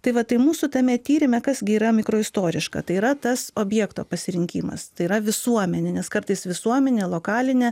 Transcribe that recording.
tai vat tai mūsų tame tyrime kas gi yra mikroistoriška tai yra tas objekto pasirinkimas tai yra visuomenė nes kartais visuomenė lokalinė